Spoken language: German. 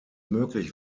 möglich